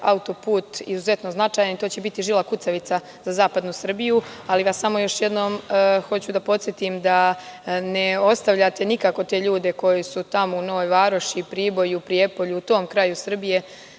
autoput izuzetno značajan. To će biti žila kucavica za zapadnu Srbiju. Samo još jednom hoću da vas podsetim da ne ostavljate nikako te ljude koji su tamo u Novoj Varoši, Priboju, Prijepolju, u tom kraju Srbije,